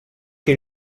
che